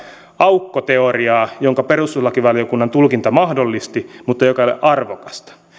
aukkoteoriaa jonka perustuslakivaliokunnan tulkinta mahdollisti mutta joka ei ole arvokasta